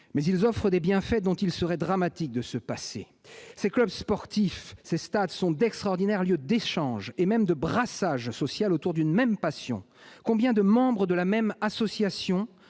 mais ils offrent des bienfaits dont il serait dramatique de se passer. Ces clubs sportifs, ces stades sont d'extraordinaires lieux d'échanges et même de brassage social autour d'une même passion. C'est clair ! Combien de membres de la même association,